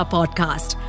Podcast